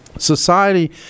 Society